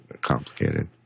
complicated